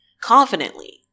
confidently